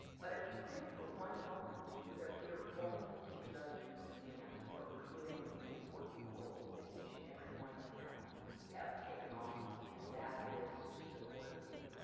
but if you think for one moment they're here only to judge and demand, you are forgetting the important role that each and every one of them have taken on and that is to support you.